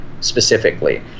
specifically